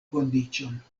kondiĉon